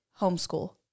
homeschool